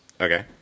Okay